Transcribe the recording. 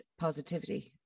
positivity